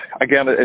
again